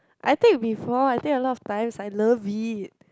I take before I take a lot of times I loved it